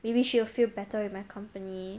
maybe she will feel better with my accompany